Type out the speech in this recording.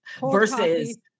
versus